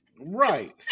Right